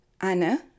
Anna